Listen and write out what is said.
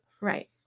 Right